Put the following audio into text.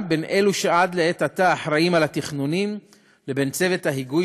בין אלו שלעת עתה אחראים לתכנונים לבין צוות ההיגוי